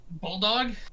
Bulldog